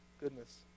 goodness